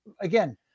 again